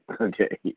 okay